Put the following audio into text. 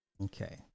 Okay